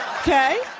Okay